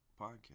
Podcast